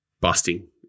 busting